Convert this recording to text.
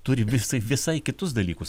turi visai visai kitus dalykus